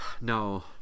no